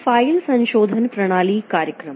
file संशोधन प्रणाली कार्यक्रम